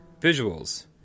Visuals